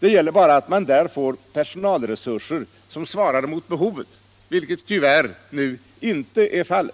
Det gäller bara att man där får personalresurser som svarar mot behovet, vilket man tyvärr nu inte har.